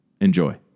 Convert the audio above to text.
Enjoy